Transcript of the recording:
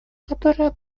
которое